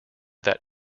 that